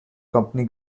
company